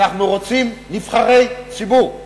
אנחנו רוצים נבחרי ציבור,